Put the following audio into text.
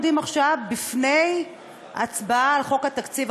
עומדים עכשיו בפני הצבעה על חוק התקציב,